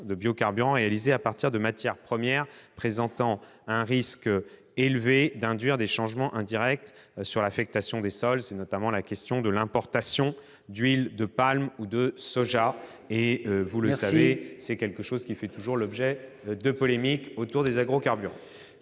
de biocarburants réalisés à partir de matières premières présentant un risque élevé d'induire des changements indirects sur l'affectation des sols. C'est notamment la question de l'importation d'huile de palme ou de soja, qui, vous le savez, fait toujours l'objet de polémiques quand il s'agit des agrocarburants.